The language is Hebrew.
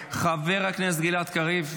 חבר הכנסת גלעד קריב,